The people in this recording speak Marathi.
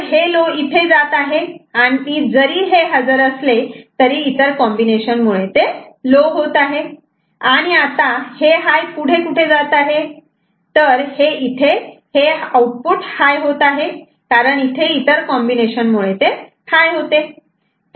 तर हे लो इथे जात आहे आणि जरी हे हजर असले तरी इतर कॉम्बिनेशन मुळे ते लो होत आहे आणि आता हे हाय पुढे कुठे जात आहे तर हे इथे हे आउटपुट हाय होत आहे कारण इथे इतर कॉम्बिनेशन मुळे ते हाय होते